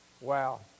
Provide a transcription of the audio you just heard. Wow